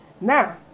Now